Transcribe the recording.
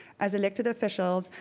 as elected officials,